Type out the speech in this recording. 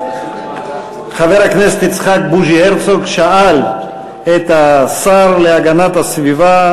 חבר הכנסת יצחק בוז'י הרצוג שאל את השר להגנת הסביבה,